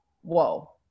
whoa